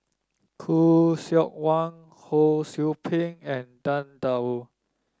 Khoo Seok Wan Ho Sou Ping and Tang Da Wu